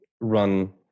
run